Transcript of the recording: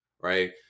right